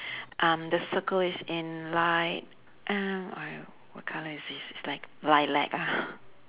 um the circle is in light uh err what colour is this it's like lilac ah